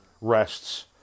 rests